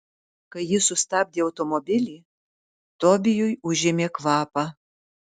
kai ji sustabdė automobilį tobijui užėmė kvapą